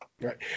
Right